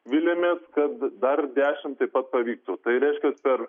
viliamės kad dar dešimt taip pat pavyktų tai reiškias per